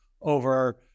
over